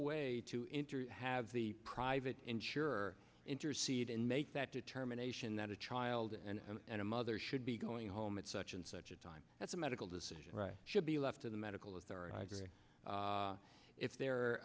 way to enter have the private insurer intercede and make that determination that a child and a mother should be going home at such and such a time that's a medical decision should be left to the medical authority if there